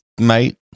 mate